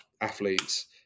athletes